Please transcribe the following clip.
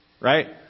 Right